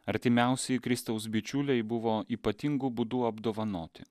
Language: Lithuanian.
artimiausieji kristaus bičiuliai buvo ypatingu būdu apdovanoti